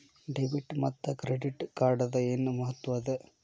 Debit ಮತ್ತ credit ಕಾರ್ಡದ್ ಏನ್ ಮಹತ್ವ ಅದ?